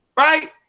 Right